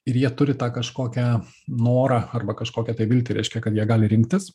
ir jie turi tą kažkokią norą arba kažkokią tai viltį reiškia kad jie gali rinktis